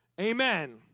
Amen